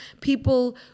people